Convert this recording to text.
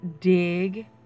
dig